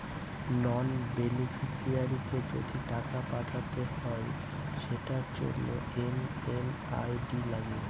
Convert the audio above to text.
নন বেনিফিশিয়ারিকে যদি টাকা পাঠাতে হয় সেটার জন্য এম.এম.আই.ডি লাগে